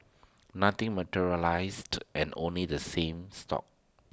nothing materialised and only the same stuck